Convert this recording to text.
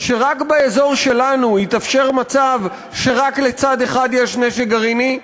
שרק באזור שלנו יתאפשר מצב שרק לצד אחד יש נשק גרעיני?